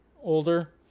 older